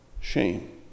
shame